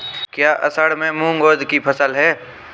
क्या असड़ में मूंग उर्द कि फसल है?